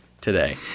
today